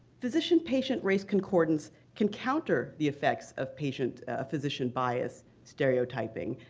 physician-patient race concordance can counter the effects of patient-physician bias, stereotyping,